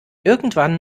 irgendwann